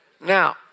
Now